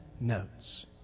notes